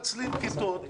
כיתות,